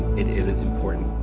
it isn't important.